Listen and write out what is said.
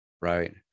Right